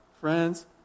Friends